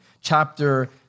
chapter